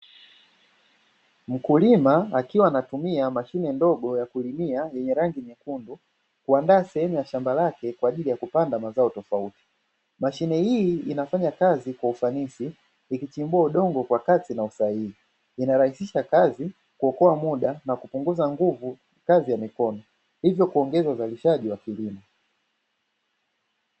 Mkulima akiwa anatumia mashine ndogo ya kulimia yenye rangi nyekundu kuandaa sehemu ya shamba lake kwaajili ya kupanda mazao tofauti. Mashine hii inafanya kazi kwa ufanisi ikichimbua udongo kwa kasi na usahihi. Inarahisisha kazi, kuokoa muda na kupunguza nguvu kazi ya mikono, hivyo kuongeza uzalishaji wa kilimo.